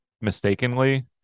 mistakenly